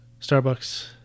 Starbucks